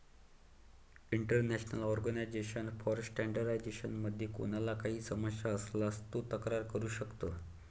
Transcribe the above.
international Organization for Standardization मध्ये कोणाला काही समस्या असल्यास तो तक्रार करू शकतो